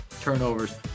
turnovers